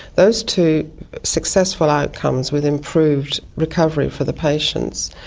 those two successful outcomes with improved recovery for the patients.